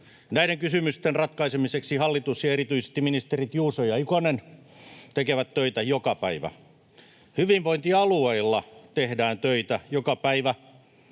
Näiden kysymysten ratkaisemiseksi hallitus ja erityisesti ministerit Juuso ja Ikonen tekevät töitä joka päivä. Hyvinvointialueilla tehdään työtä joka päivä,